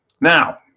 Now